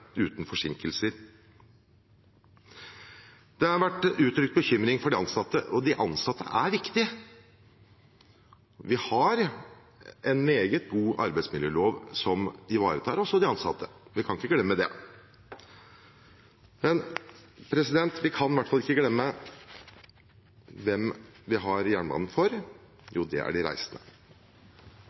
uten forsinkelser. Det har vært uttrykt bekymring for de ansatte, og de ansatte er viktige. Vi har en meget god arbeidsmiljølov som ivaretar de ansatte. Vi kan ikke glemme det. Vi kan i hvert fall ikke glemme hvem vi har jernbanen for. Det er de reisende.